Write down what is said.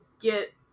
get